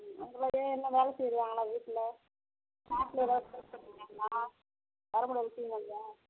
ம் அவங்களாம் வே என்ன வேலை செய்யறாங்களா வீட்டில காட்டில எதாவது வேலை செய்யறாங்களா வரவங்களுக்கு டீ வாங்கையா